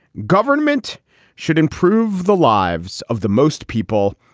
government should improve the lives of the most people,